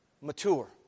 mature